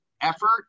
effort